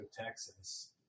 Texas